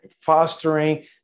fostering